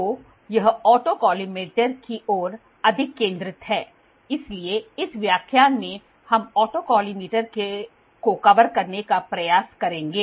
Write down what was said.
तो यह ऑटोकोलिमेटर की ओर अधिक केंद्रित है इसलिए इस व्याख्यान में हम ऑटोकॉलिमेटर को कवर करने का प्रयास करेंगे